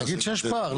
תגיד שיש פער.